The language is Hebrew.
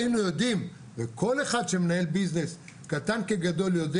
כל אחד שמנהל ביזנס קטן כגדול יודע